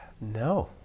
No